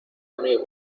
amigo